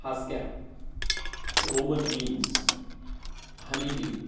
haskap Roman beans honey due